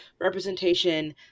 representation